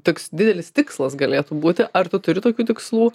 toks didelis tikslas galėtų būti ar tu turi tokių tikslų